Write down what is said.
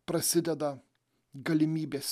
prasideda galimybės